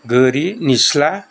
गोरि निस्ला